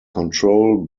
control